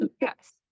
yes